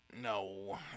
no